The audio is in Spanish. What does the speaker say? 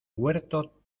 huerto